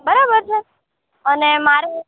બરાબર છે અને મારે